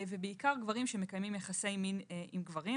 ובעיקר גברים שמקיימים יחסי מין עם גברים,